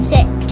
Six